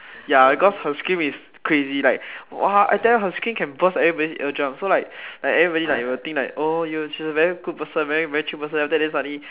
ya cause her scream is crazy like !wah! I tell you her scream can burst everybody's eardrums so like everybody will think like oh ya she's a very good person very chill person then suddenly